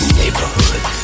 neighborhood